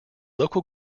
local